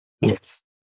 Yes